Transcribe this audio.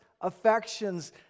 affections